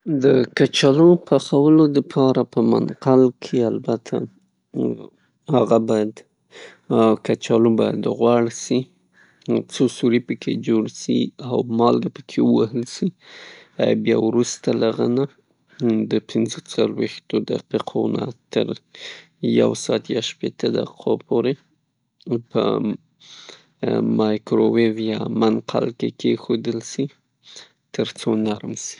د کچالو پخولو د پاره په منقل کې البته هغه باید، کچالو باید غوړ سي، څو سوري پکې جوړ سي او مالګه پکې ووهل سي، بیا وروسته د هغه نه د پنځه څلویښت دقیقو نه تر یو ساعت یا شپیتو دقیقو پورې په مایکرویو یا منقل کې کیښودل سي تر څو نرم سي.